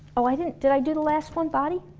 oh i didn't did i do the last one? body?